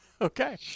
okay